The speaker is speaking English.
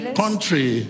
country